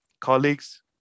colleagues